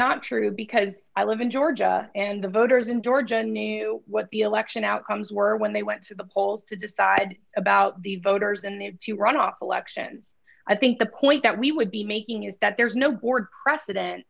not true because i live in georgia and the voters in georgia knew what the election outcomes were when they went to the polls to decide about the voters in the runoff elections i think the point that we would be making is that there's no board precedent